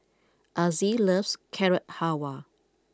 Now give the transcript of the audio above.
Azzie loves Carrot Halwa